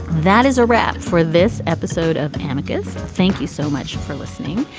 that is a wrap for this episode of amicus. thank you so much for listening.